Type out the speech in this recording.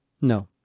No